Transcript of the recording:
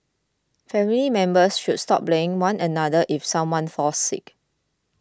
family members should stop blaming one another if someone falls sick